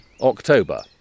October